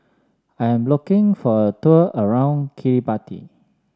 I am locking for a tour around Kiribati